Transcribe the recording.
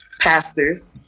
pastors